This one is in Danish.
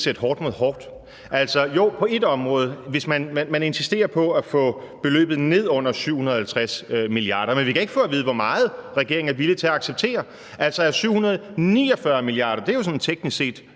sætte hårdt mod hårdt. Jo, på et område: Man insisterer på at få beløbet ned under 750 mia. kr., men vi kan ikke få at vide, hvor meget regeringen er villig til at acceptere. Altså, 749 mia. kr. er jo sådan teknisk set